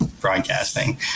broadcasting